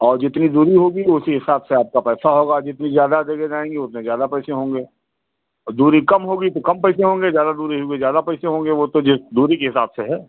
और जितनी दूरी होगी उसी हिसाब से आपका पैसा होगा जितनी ज़्यादा जगह जाएँगी उतने ज़्यादा पैसे होंगे औ दूरी कम होगी तो कम पैसे होंगे ज़्यादा दूरी होगी ज़्यादा पैसे होंगे वह तो दूरी के हिसाब से है